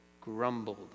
grumbled